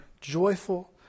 joyful